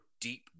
deep